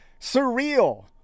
Surreal